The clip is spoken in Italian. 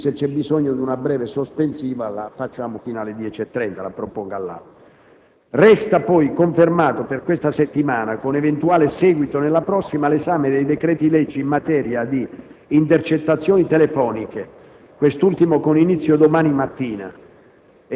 quindi bisogno di una breve sospensione la faremo fino alle 10,30. Resta poi confermato per questa settimana, con eventuale seguito nella prossima, l'esame dei decreti-legge in materia di intercettazioni telefoniche (quest'ultimo con inizio domani mattina)